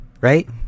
Right